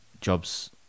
jobs